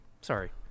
sorry